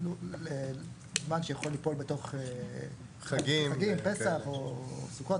זמן שיכול ליפול בתוך חגים, פסח או סוכות.